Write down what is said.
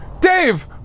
Dave